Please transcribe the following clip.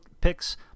picks